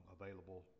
available